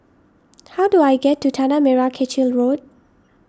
how do I get to Tanah Merah Kechil Road